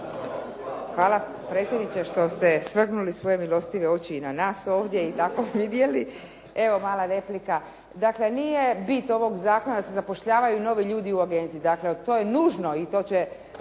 Hvala predsjedniče što ste svrnuli svoje oči na nas ovdje i tako vidjeli. Evo mala replika. Dakle, nije bit ovog zakona da se zapošljavaju novi ljudi u agenciji. Dakle to je nužno i to će